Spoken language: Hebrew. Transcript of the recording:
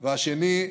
והשני,